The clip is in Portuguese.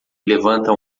levantam